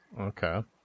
Okay